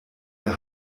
der